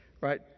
right